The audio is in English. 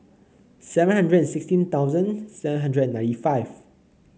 seven hundred sixteen thousand seven hundred and ninety five